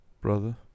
brother